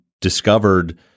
discovered